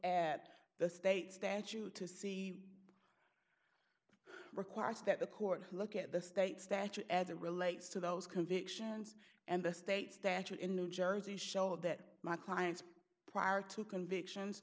at the state statute to see requires that the court look at the state statute as it relates to those convictions and the state statute in new jersey showed that my clients prior to convictions